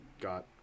got